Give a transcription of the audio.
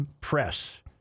press